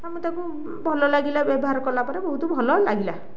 ଆଉ ମୁଁ ତାକୁ ଭଲ ଲାଗିଲା ବ୍ୟବହାର କଲାପରେ ବହୁତ ଭଲ ଲାଗିଲା